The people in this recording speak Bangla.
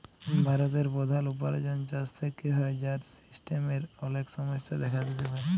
ভারতের প্রধাল উপার্জন চাষ থেক্যে হ্যয়, যার সিস্টেমের অলেক সমস্যা দেখা দিতে পারে